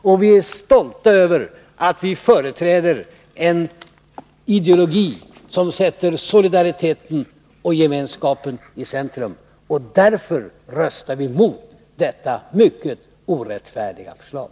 Vidare är vi stolta över att vi företräder en ideologi som sätter solidariteten och gemenskapen i centrum. Därför röstar vi mot detta mycket orättfärdiga förslag.